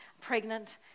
pregnant